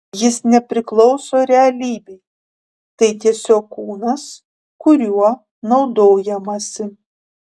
jis nepriklauso realybei tai tiesiog kūnas kuriuo naudojamasi